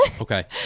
okay